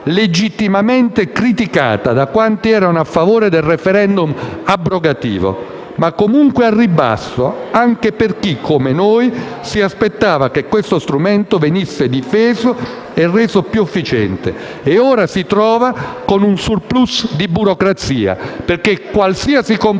legittimamente criticata da quanti erano a favore del *referendum* abrogativo, ma comunque al ribasso anche per chi, come noi, si aspettava che questo strumento venisse difeso e reso più efficiente e ora si ritrova con un *surplus* di burocrazia. Qualsiasi compromesso,